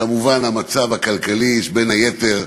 כמובן, המצב הכלכלי, ובין היתר,